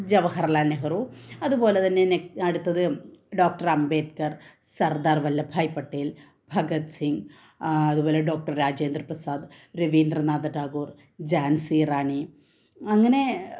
ജവഹര് ലാല് നെഹ്റു അതുപോലെ തന്നെ നെറ്റ് അടുത്തത് ഡോക്ടര് അംബേദ്കർ സര്ദാര് വല്ലഭായ് പട്ടേല് ഭഗത് സിംഗ് അതുപോലെ ഡോക്ടര് രാജേന്ദ്ര പ്രസാദ് രവിന്ദ്രനാഥ ടാഗോറ് ജാന്സി റാണി അങ്ങനെ